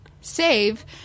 save